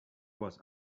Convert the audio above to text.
was